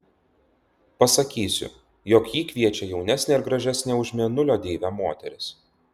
pasakysiu jog jį kviečia jaunesnė ir gražesnė už mėnulio deivę moteris